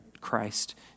Christ